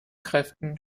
kräften